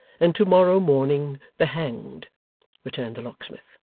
and to-morrow morning the hanged returned the locksmith.